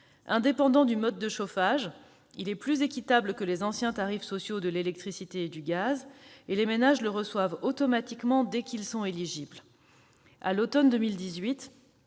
Indépendant du mode de chauffage, il est plus équitable que les anciens tarifs sociaux de l'électricité et du gaz, et les ménages le reçoivent automatiquement, dès qu'ils y sont éligibles. À l'automne 2018,